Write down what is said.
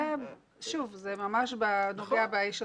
שוב, זה ממש נוגע באיש הקטן,